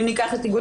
אם ניקח את איגוד